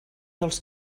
dels